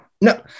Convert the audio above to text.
No